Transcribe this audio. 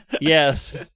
Yes